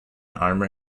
armor